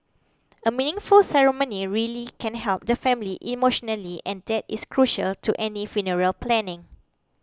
a meaningful ceremony really can help the family emotionally and that is crucial to any funeral planning